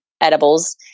edibles